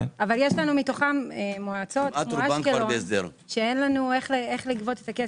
אבל יש לנו מתוכם מועצות כמו אשקלון שאין לנו איך לגבות את הכסף.